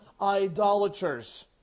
idolaters